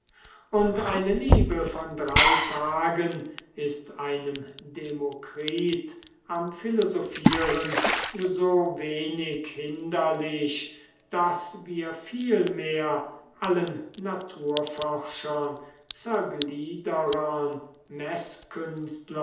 und eine liebe von drei tagen ist einem demokritus am philosophieren so wenig hinderlich daß wir vielmehr allen naturforschern zergliederern